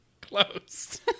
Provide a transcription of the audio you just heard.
Close